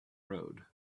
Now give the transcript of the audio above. road